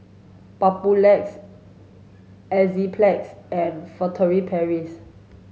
Papulex Enzyplex and Furtere Paris